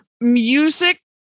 music